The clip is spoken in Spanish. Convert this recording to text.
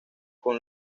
con